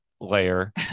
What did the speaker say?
layer